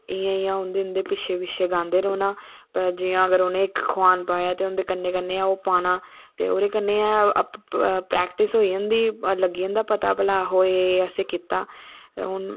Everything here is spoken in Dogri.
इयां इयां उंदे उंदे पिच्छे पिच्छे गांदे रौह्ना ते जियां अगर उनें इक खुआन पाया ते उन्दे कन्ने कन्ने गै ओह् पाना ते ओह्दे कन्ने गै परैक्टिस होई जंदी लग्गी जंदा परा भला असैं एह् एह् कीता हून